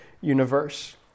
universe